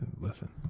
Listen